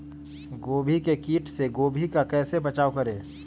गोभी के किट से गोभी का कैसे बचाव करें?